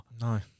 No